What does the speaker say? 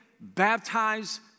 baptize